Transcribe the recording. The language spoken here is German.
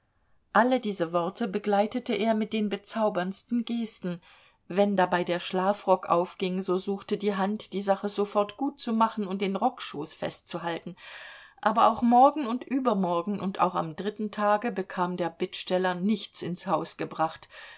alle diese worte begleitete er mit den bezauberndsten gesten wenn dabei der schlafrock aufging so suchte die hand die sache sofort gutzumachen und den rockschoß festzuhalten aber auch morgen und übermorgen und auch am dritten tage bekam der bittsteller nichts ins haus gebracht